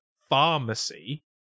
pharmacy